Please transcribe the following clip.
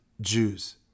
Jews